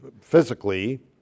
physically